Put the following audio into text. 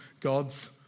God's